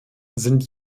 sind